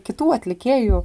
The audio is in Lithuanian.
kitų atlikėjų